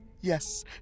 yes